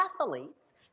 athletes